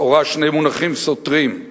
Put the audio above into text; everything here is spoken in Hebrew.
לכאורה, שני מונחים סותרים,